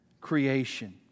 creation